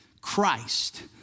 Christ